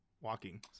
walking